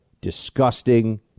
disgusting